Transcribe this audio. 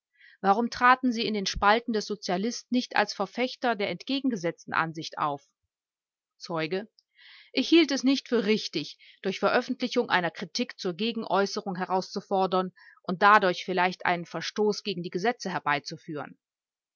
warum traten sie in den spalten des sozialist nicht als verfechter der entgegengesetzten ansicht auf zeuge ich hielt es nicht für richtig durch veröffentlichung einer kritik zur gegenäußerung herauszufordern und dadurch vielleicht einen verstoß gegen die gesetze herbeizuführen